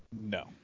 No